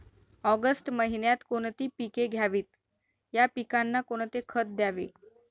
August महिन्यात कोणती पिके घ्यावीत? या पिकांना कोणते खत द्यावे?